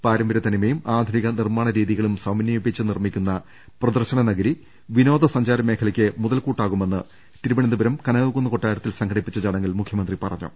പാരമ്പര്യതനിമയും ആധുനിക നിർമ്മാണ രീതികളും സമന്വയിപ്പിച്ച് നിർമ്മിക്കുന്ന പ്രദർശന നഗരി വിനോദ സഞ്ചാര മേഖലക്ക് മുതൽകൂട്ടാകുമെന്ന് തിരുവന ന്തപുരം കനകക്കുന്ന് കൊട്ടാരത്തിൽ സംഘടിപ്പിച്ച ചടങ്ങിൽ മുഖ്യമന്ത്രി പറഞ്ഞു